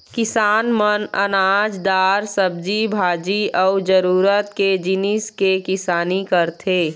किसान मन अनाज, दार, सब्जी भाजी अउ जरूरत के जिनिस के किसानी करथे